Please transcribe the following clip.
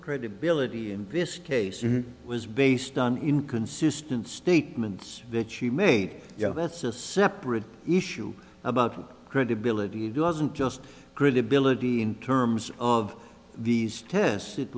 credibility in this case was based on inconsistent statements that she made you know that's a separate issue about credibility doesn't just good ability in terms of these tests it